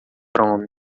chrome